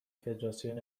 فدراسیون